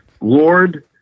Lord